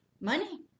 Money